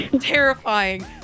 terrifying